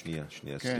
שנייה, סליחה.